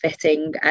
fitting